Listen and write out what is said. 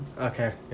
Okay